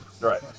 Right